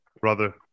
Brother